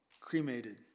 cremated